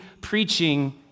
preaching